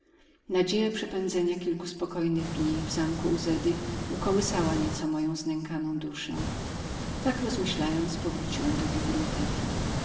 nadzieja przepędzenia kilku spokojnych dni w zamku uzeda ukołysała nieco moją znękaną duszę tak rozmyślając powróciłem do biblioteki